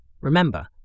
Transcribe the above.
Remember